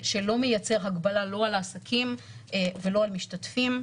שלא מייצר הגבלה לא על העסקים ולא על משתתפים.